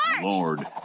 lord